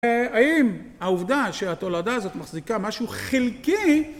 האם העובדה שהתולדה הזאת מחזיקה משהו חלקי?